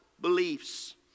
beliefs